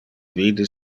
vide